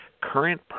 Current